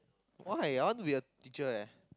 why I want to be a teacher leh